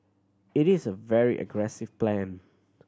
it is a very aggressive plan